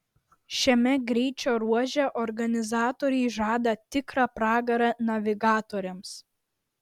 šiame greičio ruože organizatoriai žada tikrą pragarą navigatoriams